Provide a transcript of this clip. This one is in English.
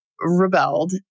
Rebelled